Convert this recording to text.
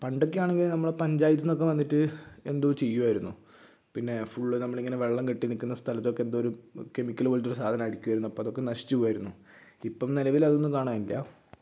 പണ്ടൊക്കെ ആണെങ്കിൽ നമ്മുടെ പഞ്ചായത്തിൽന്നിന്നൊക്കെ വന്നിട്ട് എന്തോ ചെയ്യുമായിരുന്നു പിന്നെ ഫുള്ള് നമ്മളിങ്ങനെ വെള്ളം കെട്ടി നിൽക്കുന്ന സ്ഥലത്തൊക്കെ എന്തോ ഒരു കെമിക്കൽ പോലത്തൊരു സാധനം അടിയ്ക്കുമായിരുന്നു അപ്പോൾ അതൊക്കെ നശിച്ചു പോകുമായിരുന്നു ഇപ്പം നിലവിൽ അതൊന്നും കാണാനില്ല